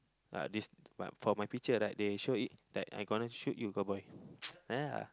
ya this my for my picture right they show it like I gonna shoot you cowboy yeah